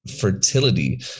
fertility